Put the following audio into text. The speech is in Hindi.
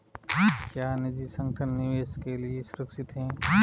क्या निजी संगठन निवेश के लिए सुरक्षित हैं?